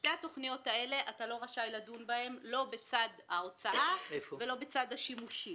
בשתי התכניות האלו אתה לא רשאי לדון לא בצד ההוצאה ולא בצד השימושים.